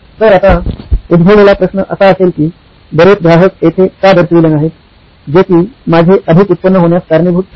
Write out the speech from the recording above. तर आत्ता उद्भवलेला प्रश्न असा असेल की बरेच ग्राहक येथे का दर्शविले नाहीत जे कि माझे अधिक उत्पन्न होण्यास कारणीभूत ठरतील